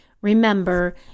Remember